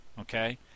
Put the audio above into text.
okay